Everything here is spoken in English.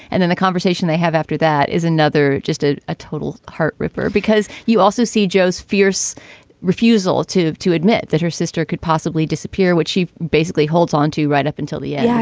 and then the conversation they have after that is another just a ah total heart ripper. because you also see joe's fierce refusal to to admit that her sister could possibly disappear, which she basically holds on to right up until the yeah yeah